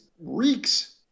reeks